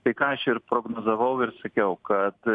tai ką aš ir prognozavau ir sakiau kad